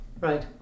Right